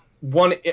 One